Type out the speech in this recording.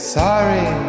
sorry